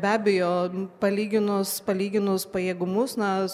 be abejo palyginus palyginus pajėgumus na